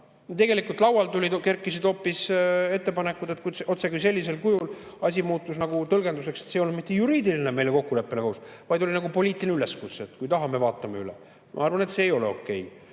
tegelikult lauale kerkisid hoopis ettepanekud otsekui sellisel kujul, asi muutus tõlgenduseks, et see ei olnud meile mitte juriidilise kokkuleppena kohustus, vaid oli nagu poliitiline üleskutse, et kui tahame, vaatame üle. Ma arvan, et see ei ole okei.